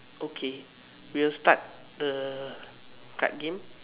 okay we'll start the card game